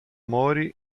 mori